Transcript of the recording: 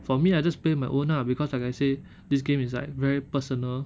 for me I just play my own lah because like I say this game is like very personal